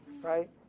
right